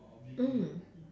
mm